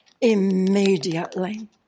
Immediately